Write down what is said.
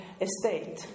estate